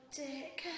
dick